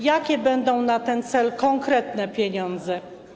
Jakie będą na ten cel konkretne pieniądze?